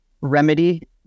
remedy